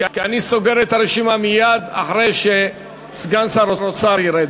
כי אני סוגר את הרשימה מייד אחרי שסגן שר האוצר ירד.